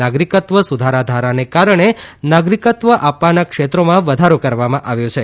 નાગરિકત્વ સુધારા ધારાને કારણે નાગરિકત્વ આપવાના ક્ષેત્રોમાં વધારો કરવામાં આવ્યો છે